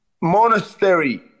monastery